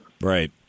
Right